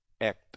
act